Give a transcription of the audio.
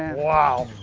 wow.